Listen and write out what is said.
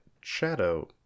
shadow